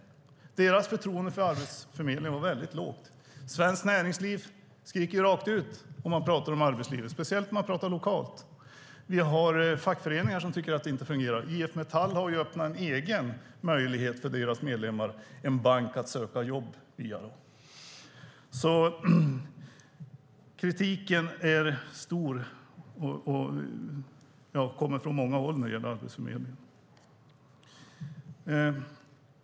Deras förtroende för Arbetsförmedlingen var väldigt lågt. Svenskt Näringsliv skriker rakt ut om man talar om arbetslivet, speciellt om man talar lokalt. Vi har fackföreningar som tycker att det inte fungerar. IF Metall har öppnat en egen möjlighet för deras medlemmar att söka jobba via en bank. Kritiken är stor och kommer från många håll när det gäller Arbetsförmedlingen.